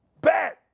bet